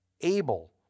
able